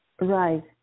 Right